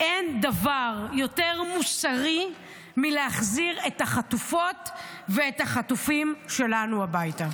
אין דבר מוסרי יותר מלהחזיר את החטופות ואת החטופים שלנו הביתה.